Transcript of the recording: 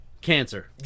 cancer